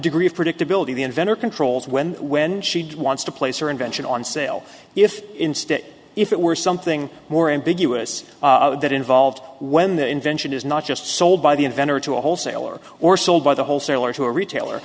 degree of predictability the inventor controls when when she wants to place her invention on sale if instead if it were something more ambiguous that involved when the invention is not just sold by the inventor to a wholesaler or sold by the wholesaler to a retailer